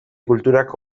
kulturak